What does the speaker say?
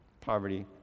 poverty